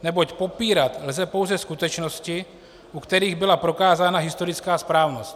Neboť popírat lze pouze skutečnosti, u kterých byla prokázána historická správnost.